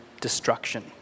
destruction